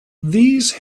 these